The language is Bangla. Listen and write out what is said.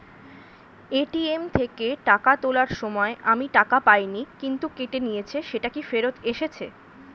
এ.টি.এম থেকে টাকা তোলার সময় আমি টাকা পাইনি কিন্তু কেটে নিয়েছে সেটা কি ফেরত এসেছে?